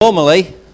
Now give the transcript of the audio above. Normally